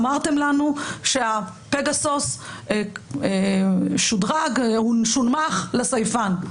אמרתם לנו שהפגסוס שודרג, שונמך לסייפן.